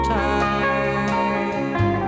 time